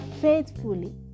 faithfully